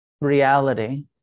reality